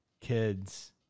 kids